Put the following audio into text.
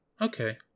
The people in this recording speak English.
okay